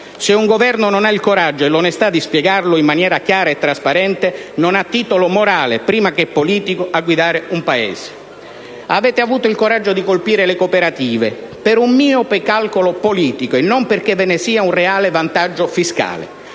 Se un Governo non ha il coraggio e l'onestà di spiegarlo in maniera chiara e trasparente, non ha titolo morale, prima che politico, per guidare un Paese. Avete avuto il coraggio di colpire le cooperative per un miope calcolo politico e non perché ve ne sia un reale vantaggio fiscale,